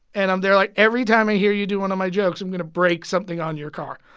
and i'm there like, every time i hear you do one of my jokes, i'm going to break something on your car.